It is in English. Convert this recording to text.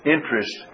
Interest